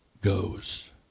goes